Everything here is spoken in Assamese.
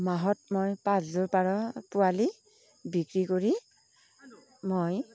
মাহত মই পাঁচযোৰ পাৰ পোৱালি বিক্ৰী কৰি মই